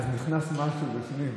אז נכנס משהו בפנים.